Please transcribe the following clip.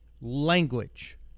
Language